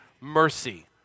mercy